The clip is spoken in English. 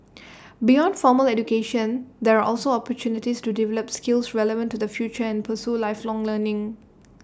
beyond formal education there are also opportunities to develop skills relevant to the future and pursue lifelong learning